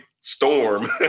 storm